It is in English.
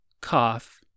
cough